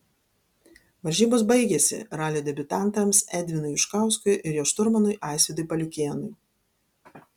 varžybos baigėsi ralio debiutantams edvinui juškauskui ir jo šturmanui aisvydui paliukėnui